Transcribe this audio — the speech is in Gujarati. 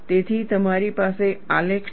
તેથી તમારી પાસે આલેખ છે